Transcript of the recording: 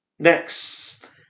Next